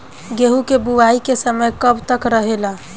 गेहूँ के बुवाई के समय कब तक रहेला?